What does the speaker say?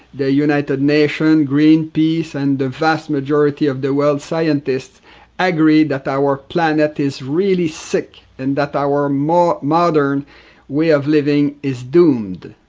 the united nations, greenpeace and the vast majority of the world scientists agree that our planet is really sick and that our modern way of living is doomed.